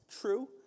True